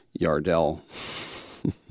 Yardell